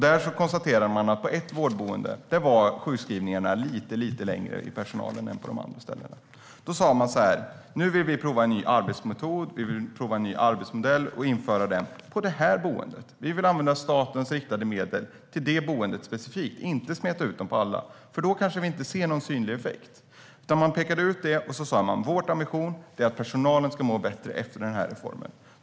Man konstaterade att sjukskrivningarna var lite längre för personalen på ett äldreboende än på de andra ställena. Då provade man en ny arbetsmetod och införde en ny arbetsmodell på det boendet. Man använde statens riktade medel specifikt till det boendet och smetade inte ut det på alla boenden. Då skulle man kanske inte se någon synlig effekt. Man pekade ut det boendet, och ambitionen var att personalen skulle må bättre efter reformen.